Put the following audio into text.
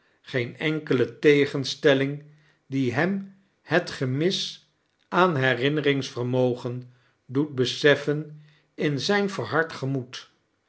geen enkele tegenetelling die hem het gemis aan herinneringsvermogen doet beseffen in zijn verhard gemoed